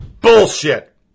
Bullshit